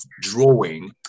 drawing